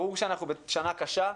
ברור שאנחנו בשנה קשה,